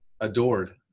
adored